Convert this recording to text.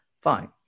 Fine